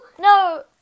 No